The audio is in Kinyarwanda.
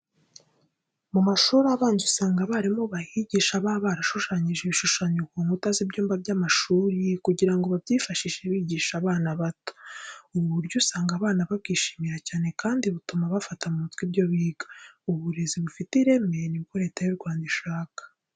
Mu mashuri abanza usanga abarimu bahigisha baba barashushanyije ibishushanyo ku nkuta z'ibyumba by'amashuri kugira ngo babyifashishe bigisha abana bato. Ubu buryo usanga abana babwishimira cyane kandi butuma bafata mu mutwe ibyo biga. Uburezi ufite ireme ni bwo Leta y'u Rwanda ishaka.